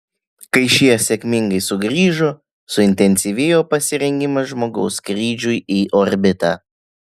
kai šie sėkmingai sugrįžo suintensyvėjo pasirengimas žmogaus skrydžiui į orbitą